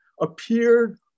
appeared